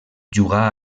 jugà